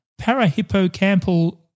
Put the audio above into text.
parahippocampal